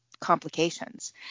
complications